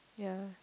ya